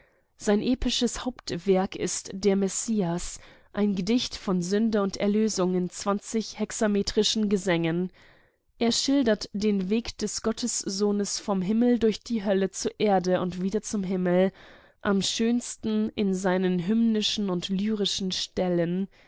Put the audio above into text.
sein episches hauptwerk ist der messias ein gedicht von sünde und erlösung in zwanzig hexametrischen gesängen es schildert den weg des gottessohnes vom himmel durch die hölle zur erde und wieder zum himmel am schönsten in seinen hymnischen und lyrischen stellen